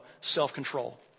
self-control